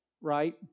right